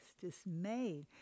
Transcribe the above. dismayed